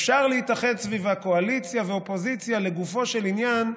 אפשר להתאחד סביב הקואליציה והאופוזיציה לגופו של עניין,